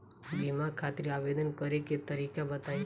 बीमा खातिर आवेदन करे के तरीका बताई?